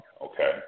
Okay